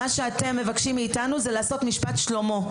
מה שאתם מבקשים מאיתנו זה לעשות משפט שלמה.